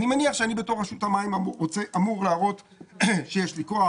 אני מניח שאני בתור רשות המים אמור להראות שיש לי כוח